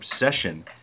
obsession